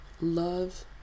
Love